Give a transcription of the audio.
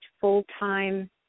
full-time